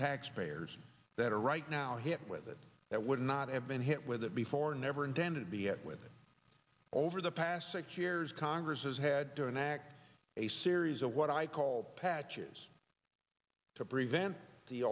taxpayers that are right now hit with it that would not have been hit with it before never intended to be at with over the past six years congress has had to enact a series of what i call patches to prevent the